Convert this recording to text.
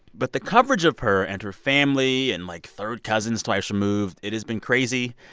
but the coverage of her and her family and, like, third cousins, twice-removed it has been crazy,